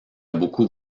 beaucoup